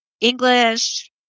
English